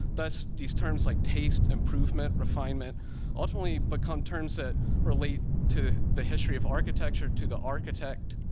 thus these terms like taste, improvement, refinement ultimately become terms that relate to the history of architecture, to the architect,